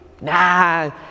Nah